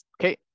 Okay